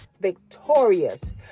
victorious